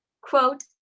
Quote